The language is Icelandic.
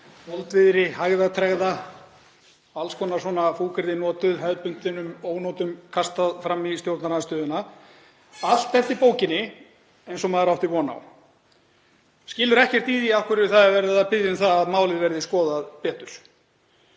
moldviðri, hægðatregða, alls konar svona fúkyrði notuð, hefðbundnum ónotum kastað fram í stjórnarandstöðuna, allt eftir bókinni eins og maður átti von á. Hann skilur ekkert í því af hverju er verið að biðja um að málið verði skoðað betur,